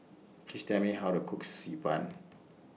Please Tell Me How to Cook Xi Ban